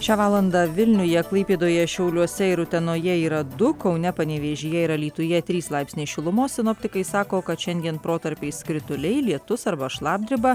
šią valandą vilniuje klaipėdoje šiauliuose ir utenoje yra du kaune panevėžyje ir alytuje trys laipsniai šilumos sinoptikai sako kad šiandien protarpiais krituliai lietus arba šlapdriba